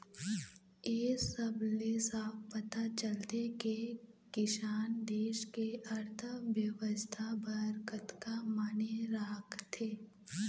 ए सब ले साफ पता चलथे के किसान देस के अर्थबेवस्था बर कतका माने राखथे